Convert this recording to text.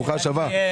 ברוכה השבה.